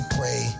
pray